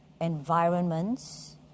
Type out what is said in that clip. environments